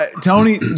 Tony